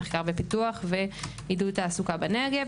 מחקר ופיתוח ועידוד תעסוקה בנגב,